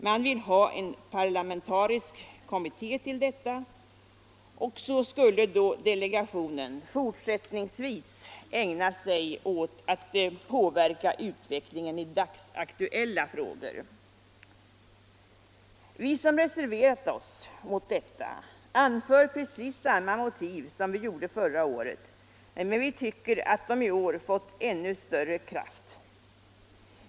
Man vill ha en parlamentarisk kommitté till detta ändamål, och så skulle då delegationen fortsättningsvis ägna sig åt att påverka utvecklingen i dagsaktuella frågor. Vi som har reserverat oss mot detta anför precis samma motiv som vi hänvisade till förra året, men vi tycker att de i år fått ännu större kraft.